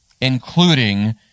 including